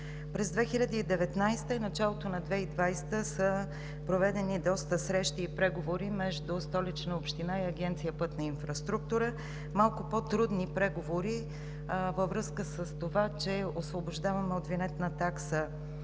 През 2019 г. и началото на 2020 г. са проведени доста срещи и преговори между Столична община и Агенция „Пътна инфраструктура“, малко по-трудни преговори във връзка с това, че освобождаваме от винетна такса